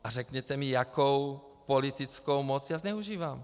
A řekněte mi, jakou politickou moc já zneužívám.